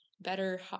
Better